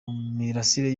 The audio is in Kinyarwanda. mirasire